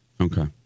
okay